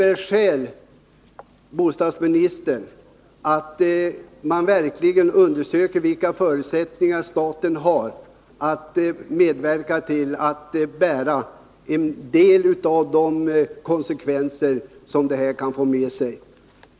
Nog vore det, bostadsministern, skäl att verkligen undersöka vilka förutsättningar staten har att medverka till att bära en del av de konsekvenser som detta kan föra med sig.